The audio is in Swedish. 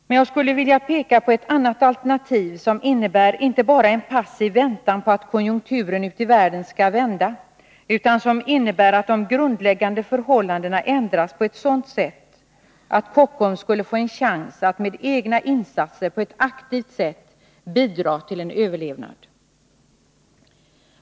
Men jag skulle vilja peka på ett annat alternativ, som inte bara innebär en passiv väntan på att konjunkturen ute i världen skall vända utan att de grundläggande förhållandena ändras på ett sådant sätt att Kockums skulle få en chans att med egna insatser på ett aktivt sätt bidra till en överlevnad.